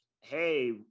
Hey